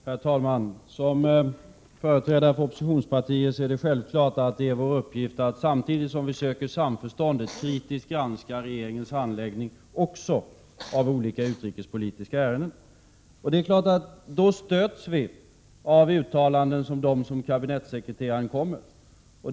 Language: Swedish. Herr talman! Som företrädare för oppositionspartier har vi självfallet i uppgift att, samtidigt som vi söker samförstånd, kritiskt granska regeringens handläggning också av olika utrikespolitiska ärenden. Då stöts vi av uttalanden som dem som kabinettssekreteraren kom med.